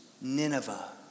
Nineveh